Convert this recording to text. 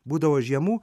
būdavo žiemų